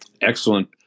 excellent